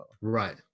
Right